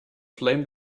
flame